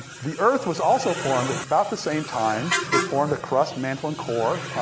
the earth was also formed at about the same time, it formed a crust, mantle and core,